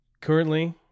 Currently